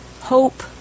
hope